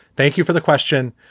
thank you for the question.